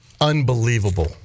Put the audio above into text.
Unbelievable